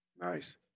Nice